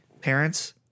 Parents